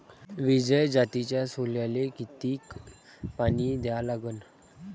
विजय जातीच्या सोल्याले किती पानी द्या लागन?